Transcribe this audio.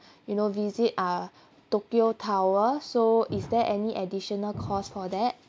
you know visit uh tokyo tower so is there any additional costs for that